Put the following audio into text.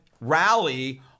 rally